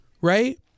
right